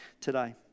today